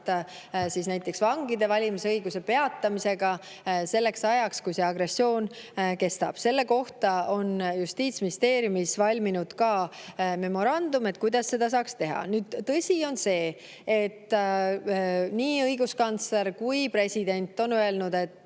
näiteks vangide valimisõiguse peatamisega, selleks ajaks, kui agressioon kestab. Selle kohta on Justiitsministeeriumis valminud ka memorandum, kuidas seda saaks teha. Tõsi on see, et nii õiguskantsler kui ka president on öelnud, et